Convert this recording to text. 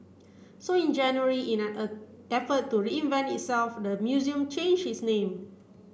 so in January in an effort to reinvent itself the museum changed its name